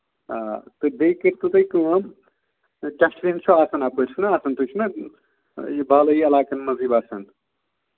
آ تہٕ بیٚیہِ کٔرۍتو تُہۍ کٲم ڈَسٹ بِن چھُ آسان اَپٲرۍ چھُنہ آسان تُہۍ چھُو نہ یہِ بالٲیی علاقن منٛزٕے بَسان